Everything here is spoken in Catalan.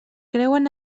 creuen